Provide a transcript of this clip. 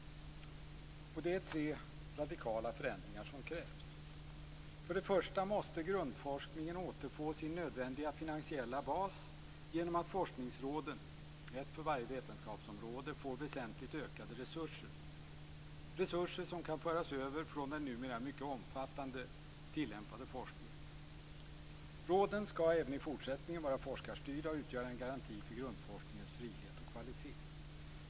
Det är tre radikala förändringar som krävs. För det första: Grundforskningen måste återfå sin nödvändiga finansiella bas genom att forskningsråden, ett för varje vetenskapsområde, får väsentligt ökade resurser - resurser som kan föras över från den numera mycket omfattande tillämpade forskningen. Råden skall även i fortsättningen vara forskarstyrda och utgöra en garanti för grundforskningens frihet och kvalitet.